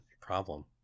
problem